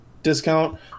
discount